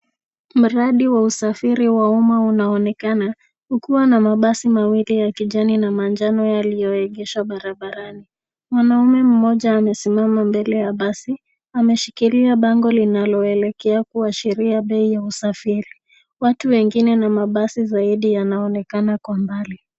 Mradi wa usafiri wa umma unaonekana ukiwa na mabasi mawili ya kijani na manjano yaliyoegeshwa barabarani. Mwanaume mmoja amesimama mbele ya basi, ameshikilia bango linaloelekea kuashiria bei ya usafiri. Watu wengine na mabasi zaidi yanaonekana kwa mbali.